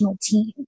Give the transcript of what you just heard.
team